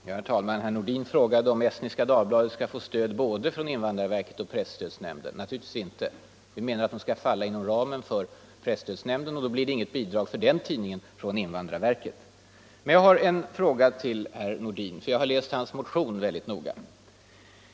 Herr talman! Herr Nordin frågade om Estniska Dagbladet skall få stöd både från Invandrarverket och från presstödsnämnden. Naturligtvis inte. Vi menar att den tidningen skall falla inom ramen för stöd från presstödsnämnden. Då blir det inte något bidrag för den tidningen från invandrarverket. Men jag har en fråga till herr Nordin, för jag har läst hans motion väldigt noga.